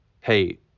Hey